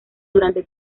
durante